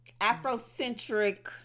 Afrocentric